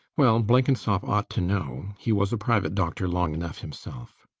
well, blenkinsop ought to know. he was a private doctor long enough himself.